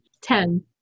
Ten